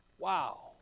Wow